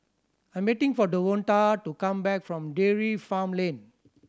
I'm waiting for Devonta to come back from Dairy Farm Lane